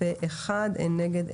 מי נגד?